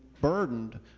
burdened